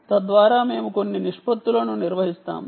తద్వారా మేము కొన్ని నిష్పత్తులను నిర్వహిస్తాము